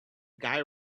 guy